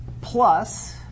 plus